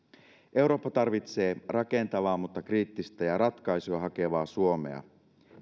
eurooppa tarvitsee rakentavaa mutta kriittistä ja ratkaisuja hakevaa suomea